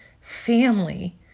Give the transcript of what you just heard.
family